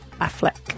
Affleck